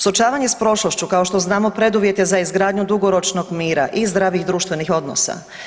Suočavanje sa prošlošću kao što znamo preduvjet je za izgradnju dugoročnog mira i zdravih društvenih odnosa.